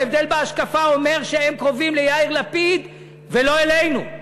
ההבדל בהשקפה אומר שהם קרובים ליאיר לפיד ולא אלינו.